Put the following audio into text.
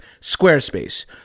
Squarespace